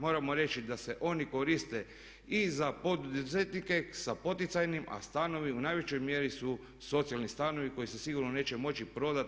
Moramo reći da se oni koriste i za poduzetnike sa poticajnim, a stanovi u najvećoj mjeri su socijalni stanovi koji se sigurno neće moći prodati.